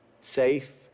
safe